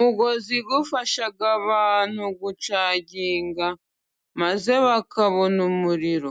Umugozi ufasha abantu gucaginga, maze bakabona umuriro,